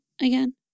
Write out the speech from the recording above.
again